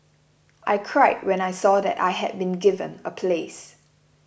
I cried when I saw that I had been given a place